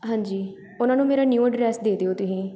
ਹਾਂਜੀ ਉਹਨਾਂ ਨੂੰ ਮੇਰਾ ਨਿਊ ਐਡਰੈਸ ਦੇ ਦਿਓ ਤੁਸੀਂ